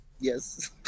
Yes